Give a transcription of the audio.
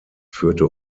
führte